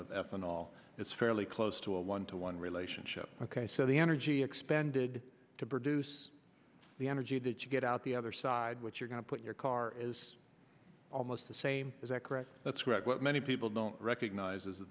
ethanol is fairly close to a one to one relationship ok so the energy expended to produce the energy that you get out the other side what you're going to put your car is almost the same is that correct that's correct what many people don't recognize